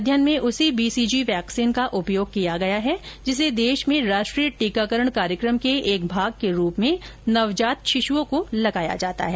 अध्ययन में उसी बीसीजी वैक्सीन का उपयोग किया गया है जिसे देश में राष्ट्रीय टीकाकरण कार्यक्रम के एक भाग के रूप में नवजात शिशुओं को लगाया जाता है